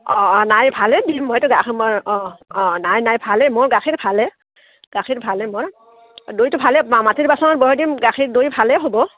অঁ অঁ নাই ভালেই দিম মইতো গাখীৰ মই অঁ অঁ নাই নাই ভালে মোৰ গাখীৰ ভালেই গাখীৰ ভালেই মোৰ দৈটো ভালেই মাটিৰ বাচনত বহুৱাই দিম গাখীৰ দৈ ভালেই হ'ব